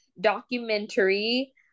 documentary